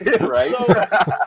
Right